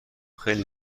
خیلی